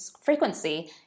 frequency